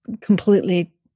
completely